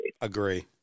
agree